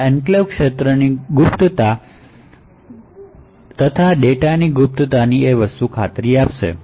આ એન્ક્લેવ્સ ક્ષેત્રની ગુપ્તતા તેમજ ડેટાની અખંડિતતાની ખાતરી આપે છે